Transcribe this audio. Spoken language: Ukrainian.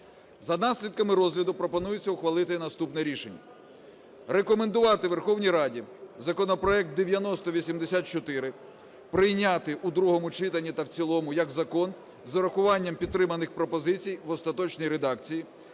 За наслідками розгляду пропонується ухвалити наступне рішення: рекомендувати Верховній Раді законопроект 9084 прийняти у другому читанні та в цілому як закон з урахуванням підтриманих пропозицій в остаточній редакції,